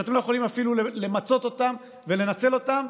כשאתם לא יכולים אפילו למצות אותם ולנצל אותם